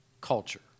culture